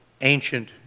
ancient